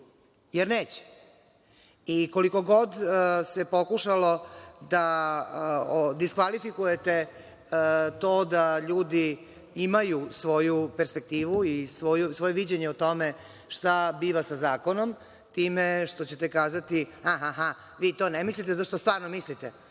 jer neće.I koliko god se pokušalo da diskvalifikujete to da ljudi imaju svoju perspektivu i svoje viđenje o tome šta biva sa Zakonom, time što ćete kazati – ha, ha, ha, vi to ne mislite zato što stvarno mislite,